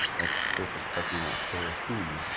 that's surface parking lot for whom?